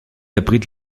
abrite